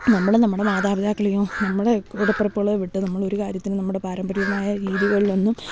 നമ്മൾ നമ്മുടെ മാതാപിതാക്കളെയും നമ്മുടെ കൂടപ്പറപ്പകളെ വിട്ട് നമ്മൾ ഒരു കാര്യത്തിനും നമ്മുടെ പാരമ്പര്യമായ രീതികളിലൊന്നും